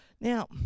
Now